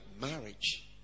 marriage